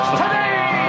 today